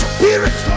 Spirit